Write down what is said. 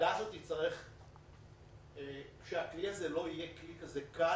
הוועדה הזאת תצטרך שהכלי הזה לא יהיה כלי כזה קל,